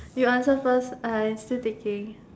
you answer first I still thinking